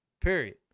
Period